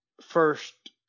first